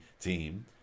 team